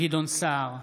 גדעון סער,